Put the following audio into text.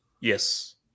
Yes